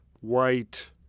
white